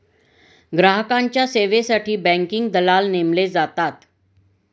ग्राहकांच्या सेवेसाठी बँकिंग दलाल नेमले जातात